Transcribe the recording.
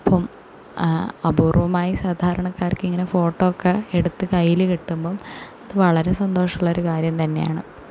അപ്പം അപൂര്വ്വമായി സാധാരണക്കാർക്ക് ഇങ്ങനെ ഫോട്ടോ ഒക്കെ എടുത്ത് കയ്യിൽ കിട്ടുമ്പം അത് വളരെ സന്തോഷമുള്ള ഒരു കാര്യം തന്നെയാണ്